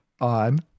on